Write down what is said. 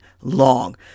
long